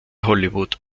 hollywood